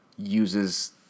uses